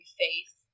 faith